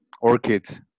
orchids